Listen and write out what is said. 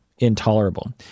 intolerable